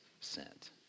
sent